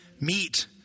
meet